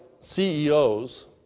CEOs